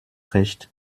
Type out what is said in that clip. recht